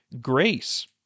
grace